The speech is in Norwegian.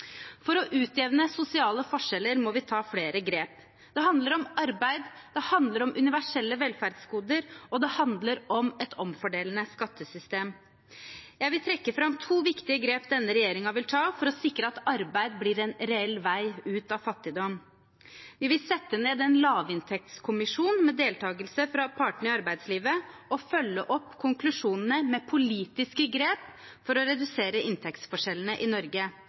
For å utjevne sosiale forskjeller må vi ta flere grep. Det handler om arbeid, det handler om universelle velferdsgoder, og det handler om et omfordelende skattesystem. Jeg vil trekke fram to viktige grep denne regjeringen vil ta for å sikre at arbeid blir en reell vei ut av fattigdom. Vi vil sette ned en lavinntektskommisjon med deltakere fra partene i arbeidslivet og følge opp konklusjonene med politiske grep for å redusere inntektsforskjellene i Norge.